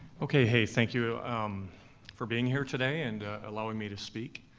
okay, hey, thank you um for being here today and allowing me to speak.